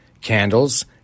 candles